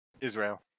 Israel